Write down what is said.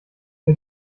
der